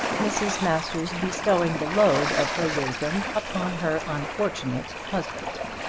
mrs. masters bestowing the load of her wisdom upon her unfortunate husband.